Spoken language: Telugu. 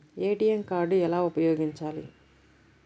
ఏ.టీ.ఎం కార్డు ఎలా ఉపయోగించాలి?